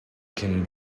can